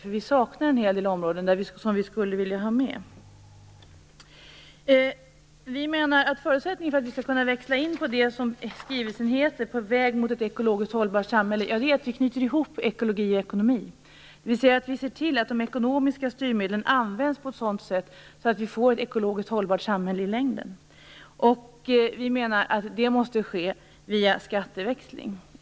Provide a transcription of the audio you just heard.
Det är nämligen en hel del områden som vi skulle vilja ha med, men som saknas här. En förutsättning för att vi skall kunna växla in på vägen mot ett ekologiskt samhälle - skrivelsen heter ju På väg mot ett ekologiskt hållbart samhälle - är att vi knyter ihop ekologi och ekonomi, dvs. att vi ser till att de ekonomiska styrmedlen används på ett sådant sätt att vi i längden får ett ekologiskt hållbart samhälle. Vi menar att det måste ske via skatteväxling.